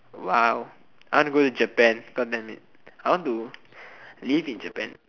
!wow! I wanna go to Japan god damn it I want to live in Japan